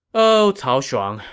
oh cao shuang.